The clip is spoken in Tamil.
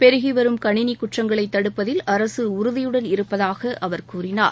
பெருகிவரும் கணினி குற்றங்களை தடுப்பதில் அரசு உறுதியுடன் இருப்பதாக அவர் கூறினார்